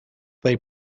they